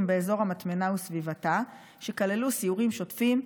באזור המטמנה וסביבתה שכללו סיורים שוטפים,